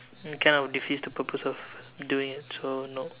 it kind of defeats the purpose of doing it so no